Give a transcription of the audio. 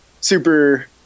super